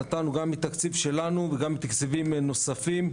נתנו גם מתקציב שלנו וגם מתקציבים נוספים,